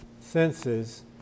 senses